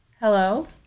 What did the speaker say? hello